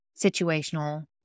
situational